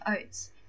oats